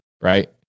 right